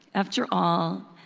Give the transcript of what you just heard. after all,